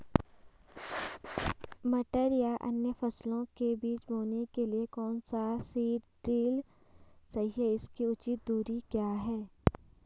मटर या अन्य फसलों के बीज बोने के लिए कौन सा सीड ड्रील सही है इसकी उचित दूरी क्या है?